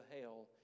hell